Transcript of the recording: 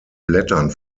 blättern